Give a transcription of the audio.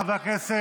חברי הכנסת,